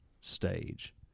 stage